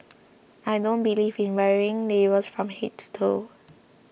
I don't believe in wearing labels from head to toe